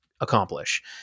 accomplish